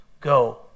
go